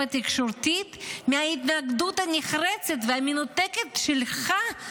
התקשורתית מההתנגדות הנחרצת והמנותקת שלך,